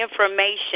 information